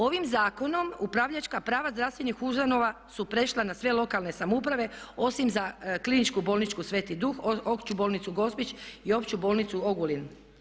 Ovim zakonom upravljačka prava zdravstvenih ustanova su prešla na sve lokalne samouprave osim za Kliničku bolnicu Sveti duh, Opću bolnicu Gospić i Opću bolnicu Ogulin.